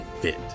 fit